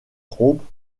trompent